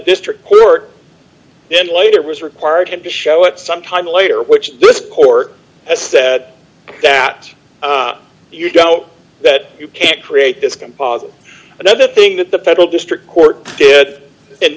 district were then later was required him to show it some time later which this court has said that you don't that you can't create this composite another thing that the federal district court did